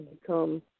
become